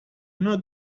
not